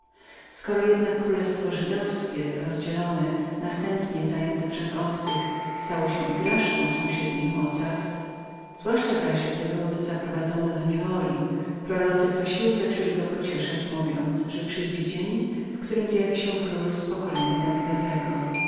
skoro jednak królestwo żydowskie rozdzielone następnie zajęte przez obcych stało się igraszką sąsiednych mocarstw zwłaszcza zaś gdy lud zaprowadzono do niewoli prorocy co sił zaczęli go pocieszać mówiąc że przyjdzie dzień w którym z pokolenia dawidowego